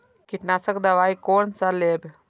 कीट नाशक दवाई कोन सा लेब?